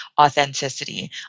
authenticity